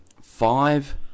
five